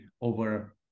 over